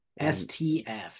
stf